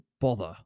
bother